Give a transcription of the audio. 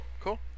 cool